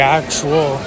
actual